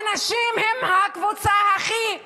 הנשים הן הקבוצה הכי ענייה.